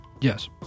Yes